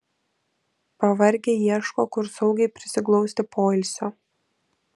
pavargę ieško kur saugiai prisiglausti poilsio